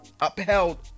upheld